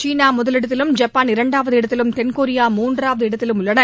சீனா முதலிடத்திலும் ஜப்பான் இரண்டாவது இடத்திலும் தென்கொரியா மூன்றாவது இடத்திலும் உள்ளனர்